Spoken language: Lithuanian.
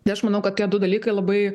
tai aš manau kad tie du dalykai labai